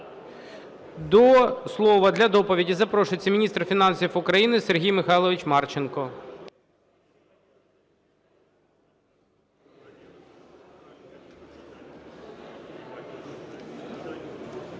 До слова для доповіді запрошується міністр фінансів України Сергій Михайлович Марченко.